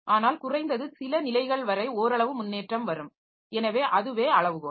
ஆனால் குறைந்தது சில நிலைகள் வரை ஓரளவு முன்னேற்றம் வரும் எனவே அதுவே அளவுகோல்